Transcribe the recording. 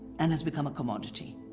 and has become a commodity.